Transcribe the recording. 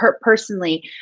personally